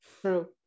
true